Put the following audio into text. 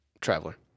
traveler